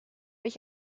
ich